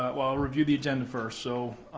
i'll review the agenda first. so,